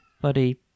buddy